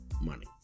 money